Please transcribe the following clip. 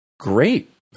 great